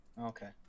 Okay